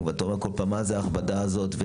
ואתה רואה כל פעם מה זה ההכבדה הזאת.